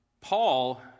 Paul